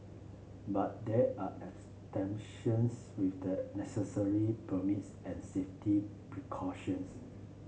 but there are exceptions with the necessary permits and safety precautions